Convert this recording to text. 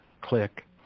click